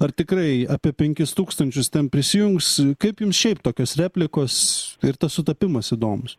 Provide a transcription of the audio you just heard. ar tikrai apie penkis tūkstančius ten prisijungs kaip jums šiaip tokios replikos ir tas sutapimas įdomus